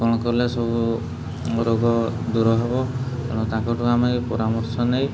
କ'ଣ କଲେ ସବୁ ରୋଗ ଦୂର ହବ ତେଣୁ ତାଙ୍କଠୁ ଆମେ ପରାମର୍ଶ ନେଇ